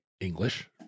English